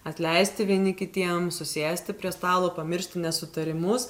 atleisti vieni kitiem susėsti prie stalo pamiršti nesutarimus